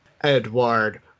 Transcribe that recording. Edward